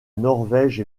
norvège